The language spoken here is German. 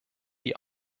die